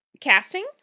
casting